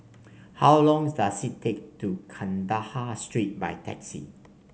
how long does it take to Kandahar Street by taxi